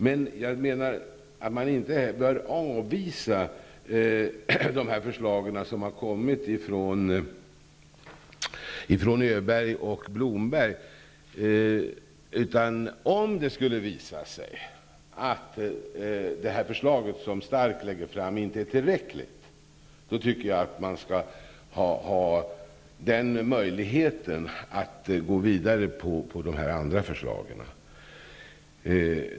Men man bör inte avvisa de förslag som har kommit från Öberg och Blomberg. Om det skulle visa sig att det förslag som Stark lägger fram inte är tillräckligt, tycker jag att man skall ha möjlighet att gå vidare med de andra förslagen.